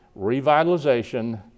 revitalization